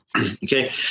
Okay